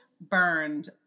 burned